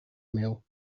meal